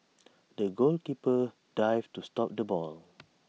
the goalkeeper dived to stop the ball